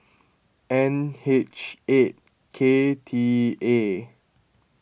N H eight K T A